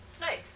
Nice